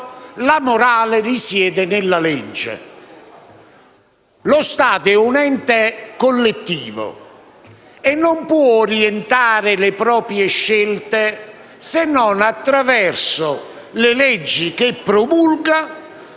la morale risiede nella legge. Lo Stato è un ente collettivo e non può orientare le proprie scelte se non attraverso le leggi che promulga